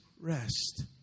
rest